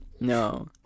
no